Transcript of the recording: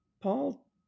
Paul